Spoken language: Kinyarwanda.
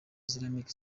islamic